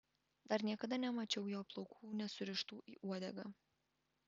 dar niekada nemačiau jo plaukų nesurištų į uodegą